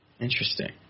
Interesting